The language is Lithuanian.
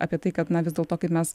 apie tai kad na vis dėlto kaip mes